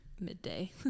midday